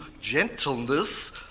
gentleness